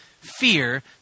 fear